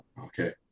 Okay